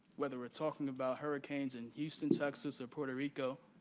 whether we're talking about hurricanes in houston, texas or puerto rico.